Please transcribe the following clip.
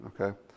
Okay